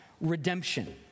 redemption